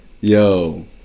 yo